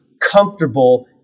comfortable